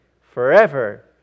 forever